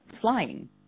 flying